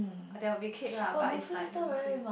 there will be cake lah but is like the buffet